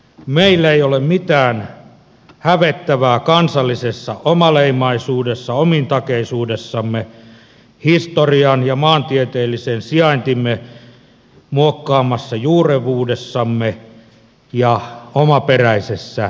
meillä ei ole mitään hävettävää kansallisessa omaleimaisuudessa omintakeisuudessamme historian ja maantieteellisen sijaintimme muokkaamassa juurevuudessamme ja omaperäisessä kielessämme